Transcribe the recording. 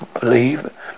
believe